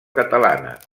catalana